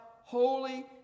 holy